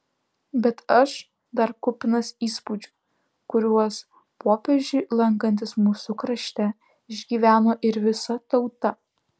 bet aš dar kupinas įspūdžių kuriuos popiežiui lankantis mūsų krašte išgyveno ir visa tauta